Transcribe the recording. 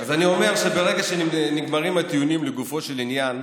אז אני אומר שברגע שנגמרים הטיעונים לגופו של עניין,